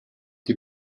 die